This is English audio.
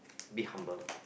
be humble